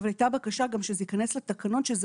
אבל הייתה בקשה גם שזה ייכנס לתקנות שזה